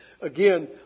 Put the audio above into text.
Again